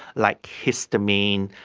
like histamine,